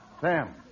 Sam